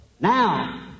Now